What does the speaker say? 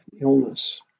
illness